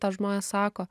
tą žmonės sako